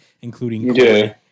including